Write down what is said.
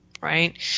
right